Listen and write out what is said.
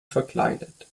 verkleidet